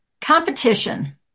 Competition